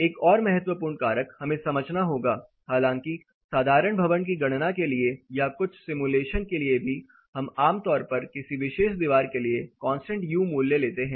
एक और महत्वपूर्ण कारक हमें समझना होगा हालांकि साधारण भवन की गणना के लिए या कुछ सिमुलेशन के लिए भी हम आम तौर पर किसी विशेष दीवार के लिए कांस्टेंट U मूल्य लेते हैं